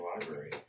Library